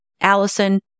Allison